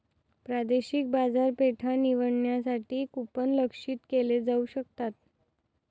प्रादेशिक बाजारपेठा निवडण्यासाठी कूपन लक्ष्यित केले जाऊ शकतात